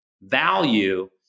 value